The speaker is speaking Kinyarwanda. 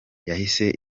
yahise